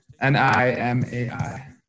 N-I-M-A-I